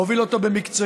הוביל אותו במקצועיות.